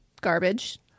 garbage